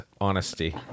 honesty